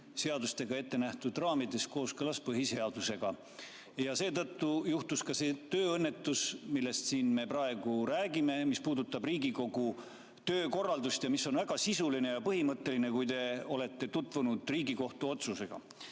seadustega ette nähtud raamides ja kooskõlas põhiseadusega. Seetõttu juhtus ka see tööõnnetus, millest me praegu räägime, mis puudutab Riigikogu töökorraldust ja mis on väga sisuline ja põhimõtteline, kui te olete tutvunud Riigikohtu